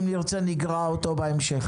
ואם נרצה, נגרע אותו בהמשך.